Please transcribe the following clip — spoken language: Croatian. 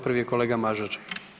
Prvi je kolega Mažar.